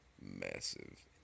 massive